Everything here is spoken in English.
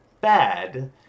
bad